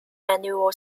annual